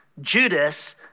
Judas